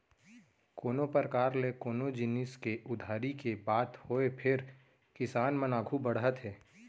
कोनों परकार ले कोनो जिनिस के उधारी के बात होय फेर किसान मन आघू बढ़त हे